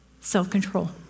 self-control